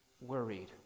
worried